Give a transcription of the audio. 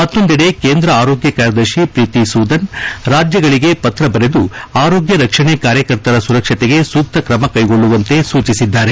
ಮತ್ತೊಂದೆಡೆ ಕೇಂದ್ರ ಆರೋಗ್ಕ ಕಾರ್ಯದರ್ಶಿ ಪ್ರೀತಿ ಸೂದನ್ ರಾಜ್ಕಗಳಿಗೆ ಪತ್ರ ಬರೆದು ಆರೋಗ್ಕ ರಕ್ಷಣೆ ಕಾರ್ಯಕರ್ತರ ಸುರಕ್ಷತೆಗೆ ಸೂಕ್ತ ತ್ರಮ ಕೈಗೊಳ್ಳುವಂತೆ ಸೂಚಿಸಿದ್ದಾರೆ